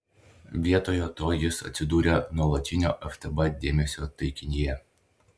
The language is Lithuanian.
vietoje to jis atsidūrė nuolatinio ftb dėmesio taikinyje